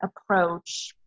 approach